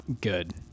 good